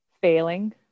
Failing